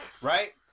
right